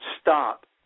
stop